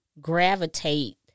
gravitate